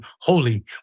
holy